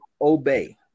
obey